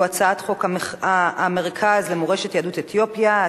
והוא הצעת חוק המרכז למורשת יהדות אתיופיה,